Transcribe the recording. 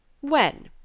When